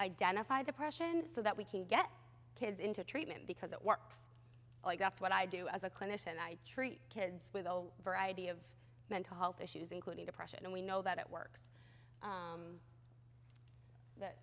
identify depression so that we can get kids into treatment because it works like that's what i do as a clinician i treat kids with all variety of mental health issues including depression and we know that it works